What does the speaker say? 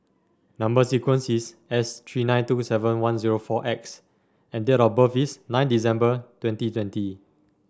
number sequence is S three nine two seven one zero four X and date of birth is nine December twenty twenty